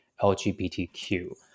LGBTQ